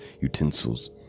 utensils